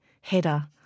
header